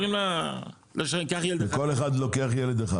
כל אחד לוקח ילד אחד.